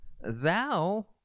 Thou